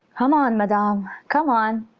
come on, madame, come on!